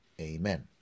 amen